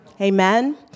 Amen